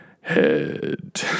head